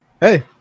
Hey